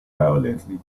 violently